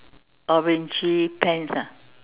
orangey pants ah